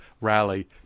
rally